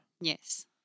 Yes